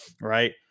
right